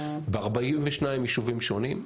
ב-42 יישובים שונים.